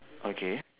okay